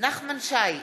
נחמן שי,